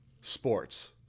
sports